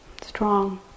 strong